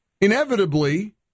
inevitably